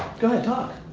go ahead, talk.